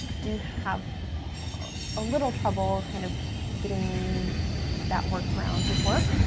do have a little trouble kind of getting that worked around with work,